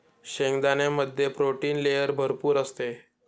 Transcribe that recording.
शेंगदाण्यामध्ये protein layer भरपूर असते